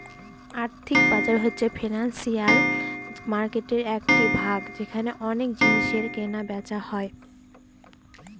আর্থিক বাজার হচ্ছে ফিনান্সিয়াল মার্কেটের একটি ভাগ যেখানে অনেক জিনিসের কেনা বেচা হয়